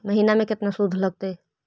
महिना में केतना शुद्ध लगतै?